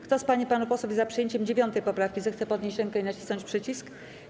Kto z pań i panów posłów jest za przyjęciem 9. poprawki, zechce podnieść rękę i nacisnąć przycisk.